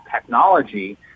technology